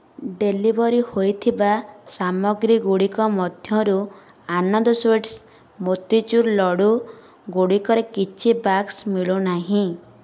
delivery ହୋଇଥିବା ସାମଗ୍ରୀ ଗୁଡ଼ିକ ମଧ୍ୟରୁ ଆନନ୍ଦ ସୁଇଟ୍ସ ମୋତିଚୁର୍ ଲଡ଼ୁ ଗୁଡ଼ିକର କିଛି ବାକ୍ସ ମିଳୁନାହିଁ